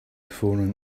fallen